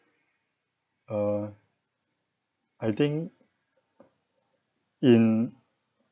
uh I think in